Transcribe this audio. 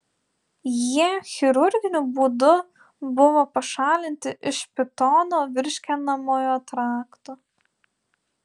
jie chirurginiu būdu buvo pašalinti iš pitono virškinamojo trakto